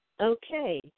Okay